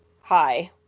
Hi